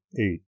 eight